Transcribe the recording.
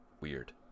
weird